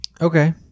Okay